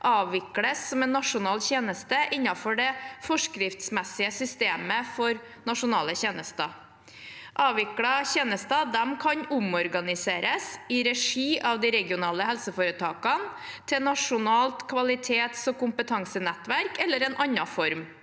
avvikles som en nasjonal tjeneste innenfor det forskriftsmessige systemet for nasjonale tjenester. Avviklede tjenester kan omorganiseres i regi av de regionale helseforetakene til Nasjonalt kvalitets- og kompetansenettverk eller en annen form.